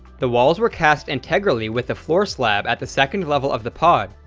the walls were cast and integrally with the floor slab at the second level of the pod,